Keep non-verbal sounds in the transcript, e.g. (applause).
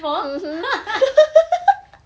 mmhmm (laughs)